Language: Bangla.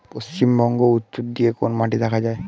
পশ্চিমবঙ্গ উত্তর দিকে কোন মাটি দেখা যায়?